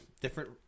different